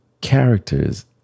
characters